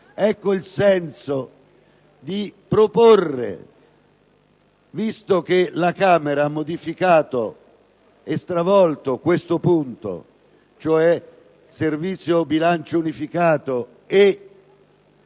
Ecco il senso della mia proposta, visto che la Camera ha modificato e stravolto questo punto, ossia il Servizio bilancio unificato e